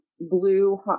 blue